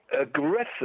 aggressive